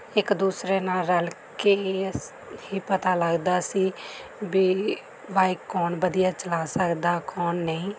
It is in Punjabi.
ਇੱਕ ਦੂਸਰੇ ਨਾਲ ਰਲ ਕੇ ਇਹ ਹੀ ਸ ਪਤਾ ਲੱਗਦਾ ਸੀ ਵੀ ਬਾਇਕ ਕੌਣ ਵਧੀਆ ਚਲਾ ਸਕਦਾ ਕੌਣ ਨਹੀਂ